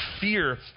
fear